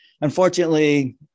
unfortunately